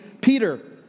Peter